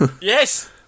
Yes